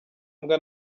mbwa